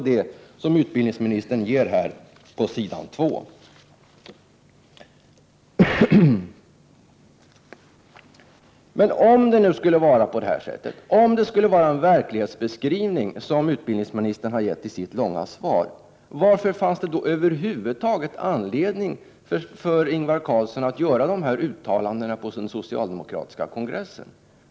Det som utbildningsministern här tar upp på s. 2 är ju en bekräftelse på detta. Men om den redovisning som utbildningsministern har gjort i sitt långa svar skulle vara en riktig beskrivning av verkligheten, varför fanns det då över huvud taget anledning för Ingvar Carlsson att göra dessa uttalanden på den socialdemokratiska kongressen?